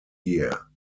here